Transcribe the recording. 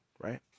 right